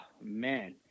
man